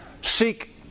Seek